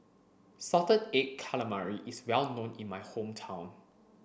salted egg calamari is well known in my hometown